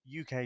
UK